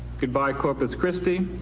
goodbye, corpus christi.